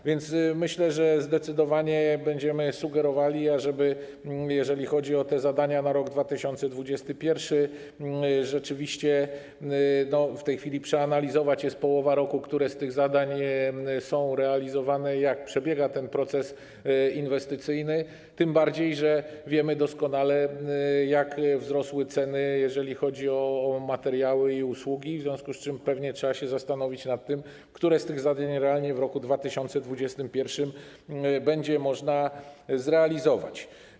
A więc myślę, że zdecydowanie będziemy sugerowali, ażeby jeżeli chodzi o te zadania na rok 2021, rzeczywiście w tej chwili przeanalizować - jest połowa roku - które z tych zadań są realizowane i jak przebiega ten proces inwestycyjny, tym bardziej że doskonale wiemy, jak wzrosły ceny, jeżeli chodzi o materiały i usługi, w związku z czym pewnie trzeba się zastanowić nad tym, które z tych zadań realnie w roku 2021 będzie można zrealizować.